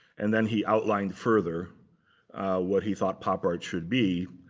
and then he outlined further what he thought pop art should be